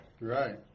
Right